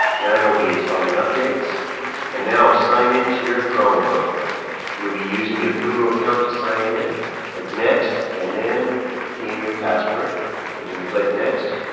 now you'll be installing updates and now sign into your chromebook you'll be using your google account to sign in click like next and then key in your password and then click next